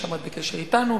שעמד בקשר אתנו,